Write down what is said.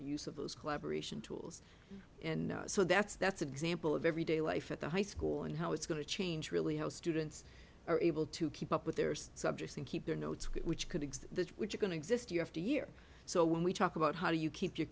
the use of those collaboration tools and so that's that's example of everyday life at the high school and how it's going to change really how students are able to keep up with their subjects and keep their notes which could exist that we're going to exist year after year so when we talk about how do you keep your